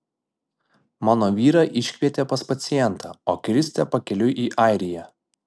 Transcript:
mano vyrą iškvietė pas pacientą o kristė pakeliui į airiją